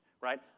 Right